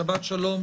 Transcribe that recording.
שבת שלום.